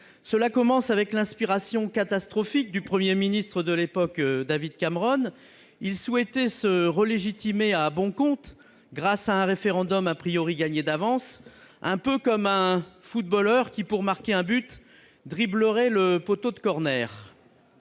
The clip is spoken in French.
Cela commence avec l'inspiration catastrophique du Premier ministre de l'époque, David Cameron, qui souhaitait se relégitimer à bon compte grâce à un référendum gagné d'avance, un peu comme un footballeur qui dribblerait le poteau de pour